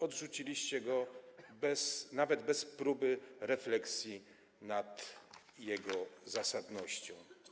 Odrzuciliście go nawet bez próby refleksji nad jego zasadnością.